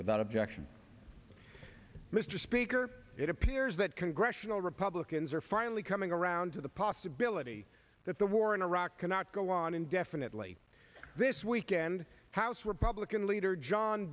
without objection mr speaker it appears that congressional republicans are finally coming around to the possibility that the war in iraq cannot go on indefinitely this weekend house republican leader john